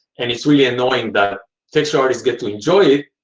and it's really annoying that texture artists get to enjoy it,